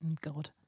god